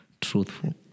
truthful